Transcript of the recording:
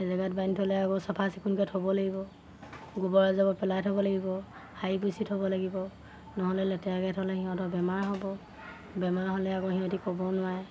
জেগাত বান্ধি থ'লে আকৌ চাফা চিকুণকে থ'ব লাগিব গোবৰ জাবৰ পেলাই থ'ব লাগিব সাৰি পুচি থ'ব লাগিব নহ'লে লেতেৰাক সিহঁতৰ বেমাৰ হ'ব বেমাৰ হ'লে আকৌ সিহঁতে ক'বও নোৱাৰে